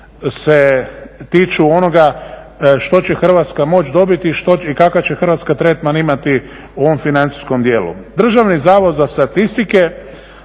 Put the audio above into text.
se tiču onoga što će Hrvatska moći dobiti i kakav će Hrvatska tretman imati u ovom financijskom dijelu. Državni zavod za statistiku